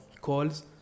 calls